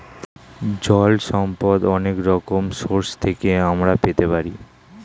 জল সম্পদ অনেক রকম সোর্স থেকে আমরা পেতে পারি